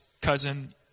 cousin-